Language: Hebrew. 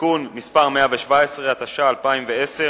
(תיקון מס' 117), התש"ע 2010,